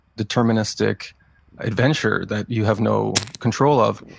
deterministic adventure that you have no control of.